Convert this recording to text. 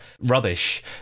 rubbish